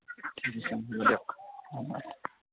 ঠিক আছে হ'ব দিয়ক